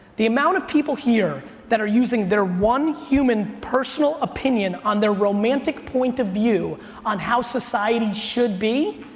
the amount of people here that are using their one human personal opinion on their romantic point of view on how society should be,